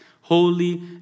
holy